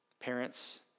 Parents